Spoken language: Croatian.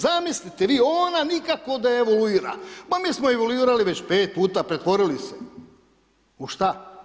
Zamislite vi, ona nikako da evoluirala, pa mi smo evoluirali već 5 puta, pretvorili se u šta?